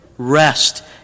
rest